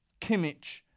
Kimmich